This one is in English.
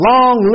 Long